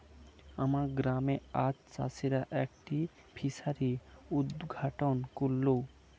আমার গ্রামে আজ চাষিরা একটি ফিসারি উদ্ঘাটন করল